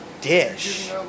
dish